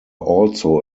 also